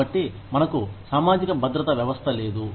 కాబట్టి మనకు సామాజిక భద్రత వ్యవస్థ లేదు